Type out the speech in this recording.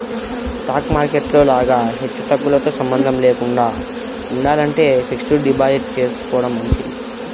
stock market లో లాగా హెచ్చుతగ్గులతో సంబంధం లేకుండా ఉండాలంటే ఫిక్స్డ్ డిపాజిట్ చేసుకోడం మంచిది